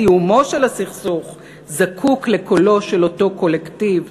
סיומו של הסכסוך זקוק לקולו של אותו קולקטיב,